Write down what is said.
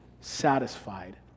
satisfied